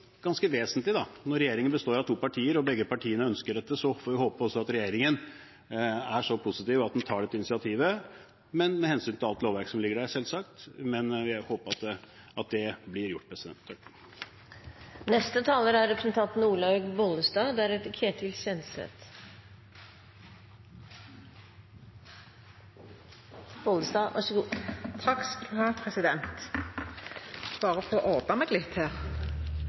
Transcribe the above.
ganske vesentlig: Når regjeringen består av to partier og begge partiene ønsker dette, får vi håpe at regjeringen er så positiv at den tar dette initiativet – med hensyn til alt lovverk som ligger der, selvsagt – men jeg håper at det blir gjort. For noen måneder siden fattet flertallet i denne salen et vedtak der vi ba regjeringen om å fastslå et mål om vekst i andelen av den samlede helse- og omsorgssektoren som skal